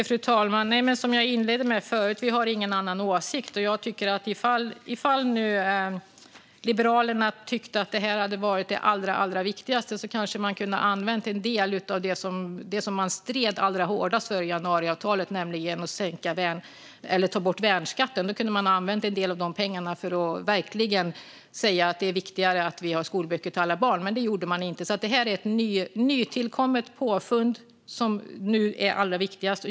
Fru talman! Som jag inledde med förut har vi ingen annan åsikt. Ifall Liberalerna tyckte att det här var det allra viktigaste kanske man skulle ha kunnat använda en del av det som man stred allra hårdast för i januariavtalet, nämligen att ta bort värnskatten, till att säga att det är viktigare med skolböcker till alla barn. Men det gjorde man inte. Det här är ett nytillkommet påfund som nu är allra viktigast.